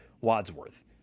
Wadsworth